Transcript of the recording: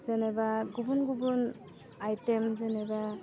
जेनेबा गुबुन गुबुन आइटेम जेनेबा